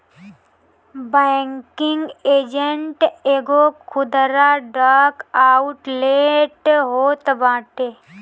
banking agent एगो खुदरा डाक आउटलेट होत बाटे